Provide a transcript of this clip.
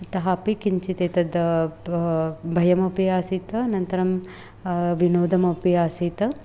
अतः अपि किञ्चित् एतत् भयमपि आसीत् अनन्तरं विनोदमपि आसीत्